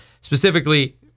specifically